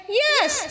yes